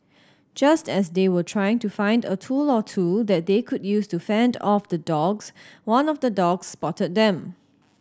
just as they were trying to find a tool or two that they could use to fend off the dogs one of the dogs spotted them